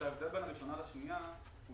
ההבדל בין הראשונה לשנייה הוא